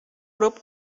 grup